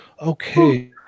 Okay